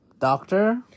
doctor